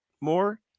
more